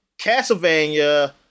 Castlevania